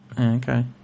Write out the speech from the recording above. Okay